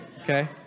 Okay